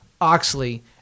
Oxley